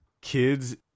kids